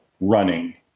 running